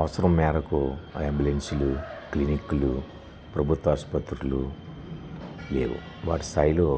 అవసరం మేరకు యాంబులెన్సులు క్లినిక్లు ప్రభుత్వ ఆసుపత్రులు లేవు వాటి స్థయిలో